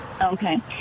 Okay